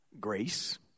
Grace